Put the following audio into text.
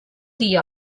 dia